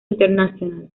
international